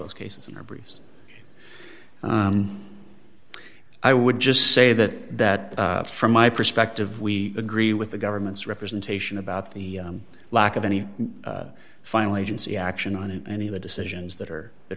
those cases in our briefs i would just say that that from my perspective we agree with the government's representation about the lack of any finally agency action on and in the decisions that are that